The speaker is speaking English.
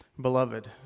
Beloved